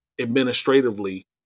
administratively